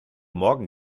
morgen